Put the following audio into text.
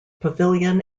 pavilion